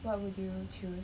what would you choose